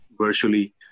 virtually